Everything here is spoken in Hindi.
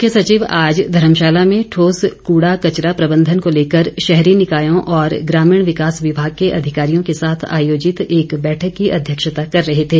मुख्य सचिव आज धर्मशाला में ठोस कूड़ा कचरा प्रबंधन को लेकर शहरी निकायों और ग्रामीण विकास विभाग के अधिकारियों के साथ आर्योजित एक बैठक की अध्यक्षता कर रहे थे